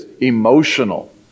emotional